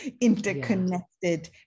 interconnected